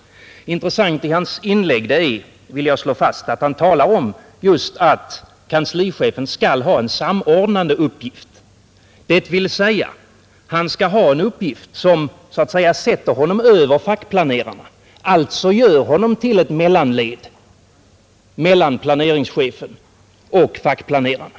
Intressant i hans inlägg är, det vill jag slå fast, att han talar om just att kanslichefen skall ha en samordnande uppgift, dvs. att han skall ha en uppgift som så att säga sätter honom över fackplanerarna, alltså gör honom till ett mellanled mellan planeringschefen och fackplanerarna.